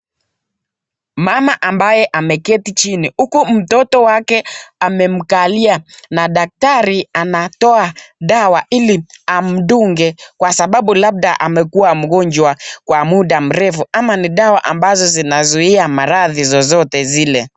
Mama ambaye ameketi chini huku mtoto wake amemkalia na dakitari anatoa dawa ili amdunge kwa sababu labda amekuwa mgonjwa kwa mda amrefu, ama ni dawa zinazuia maradhi zozote zile.